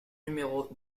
numéro